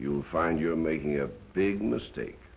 you'll find you're making a big mistake